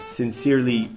sincerely